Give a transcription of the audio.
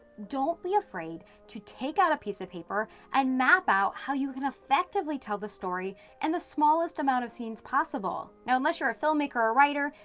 don't be afraid to take out a piece of paper and map out how you can effectively tell the story in and the smallest amount of scenes possible. now unless you're a filmmaker or a writer,